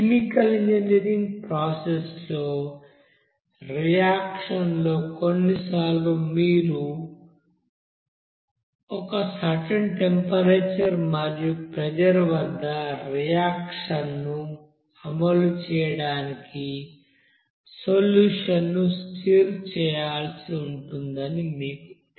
chemical engineering process లో reaction లో కొన్నిసార్లు మీరు ఒక సర్టెన్ టెంపరేచర్ మరియు ప్రెజర్ వద్ద రియాక్షన్ ను అమలు చేయడానికి సొల్యూషన్ ను స్టిర్ చేయాల్సి ఉంటుందని మీకు తెలుసు